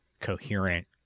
coherent